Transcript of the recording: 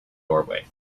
doorway